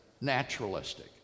naturalistic